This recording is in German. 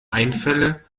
einfälle